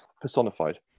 personified